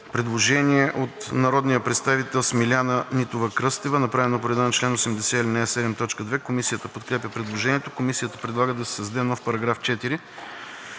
Предложение на народния представител Смиляна Нитова-Кръстева, направено по реда на чл. 80, ал. 7, т. 2 от ПОДНС. Комисията подкрепя предложението. Комисията предлага да се създаде нов § 4: „§ 4.